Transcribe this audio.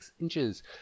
inches